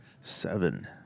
seven